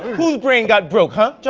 whose brain got broke, huh,